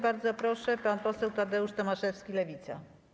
Bardzo proszę, pan poseł Tadeusz Tomaszewski, Lewica.